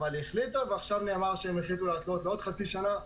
עכשיו נאמר שנוספה עוד חצי שנה.